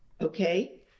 Okay